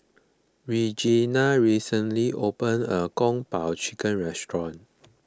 Reginal recently opened a new Kung Po Chicken restaurant